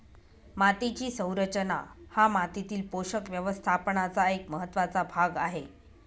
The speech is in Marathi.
मातीची संरचना हा मातीतील पोषक व्यवस्थापनाचा एक महत्त्वाचा भाग आहे